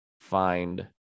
find